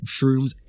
shrooms